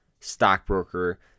stockbroker